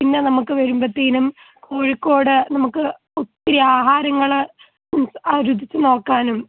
പിന്നെ നമുക്ക് വരുമ്പോഴ്ത്തേനും കോഴിക്കോട് നമുക്ക് ഒത്തിരി ആഹാരങ്ങൾ മീൻസ് ആ രുചിച്ച് നോക്കാനും